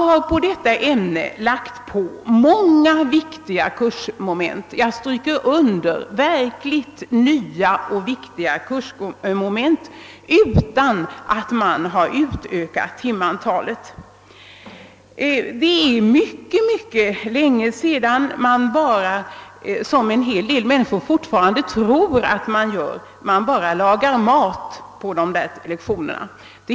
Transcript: Till ämnet hemkunskap har lagts många nya och verkligt viktiga kursmoment utan att timantalet utökats. Det är länge sedan man bara -— som en del människor tror att man fortfarande gör — lagade mat på dessa lektioner.